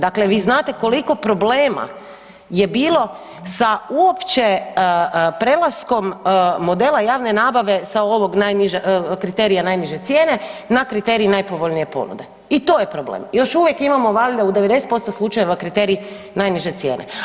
Dakle, vi znate koliko problema je bilo sa uopće prelaskom modela javne nabave sa ovog najnižeg, kriterija najniže cijene na kriterij najpovoljnije ponude i to je problem još uvijek imamo valjda u 90% slučajeva kriterij najniže cijene.